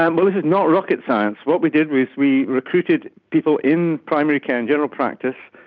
and not rocket science. what we did was we recruited people in primary care, in general practice,